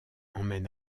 emmène